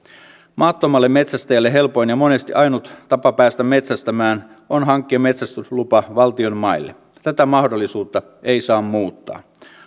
maattomalle metsästäjälle helpoin ja monesti ainut tapa päästä metsästämään on hankkia metsästyslupa valtion maille tätä mahdollisuutta ei saa muuttaa